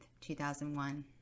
2001